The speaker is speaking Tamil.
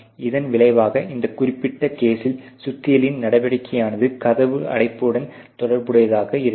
இதன் விளைவாக இந்த குறிப்பிட்ட கேஸில் சுத்தியலின் நடவடிக்கையானது கதவு அடைப்புடன் தொடர்ப்புடையதாக இருக்கலாம்